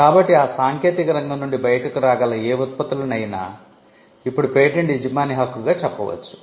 కాబట్టి ఆ సాంకేతిక రంగం నుండి బయటకు రాగల ఏ ఉత్పత్తులను అయినా ఇప్పుడు పేటెంట్ యజమాని హక్కుగా చెప్ప వచ్చు